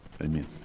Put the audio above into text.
Amen